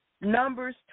Numbers